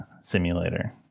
simulator